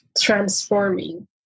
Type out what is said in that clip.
transforming